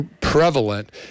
prevalent